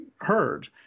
heard